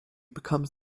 becomes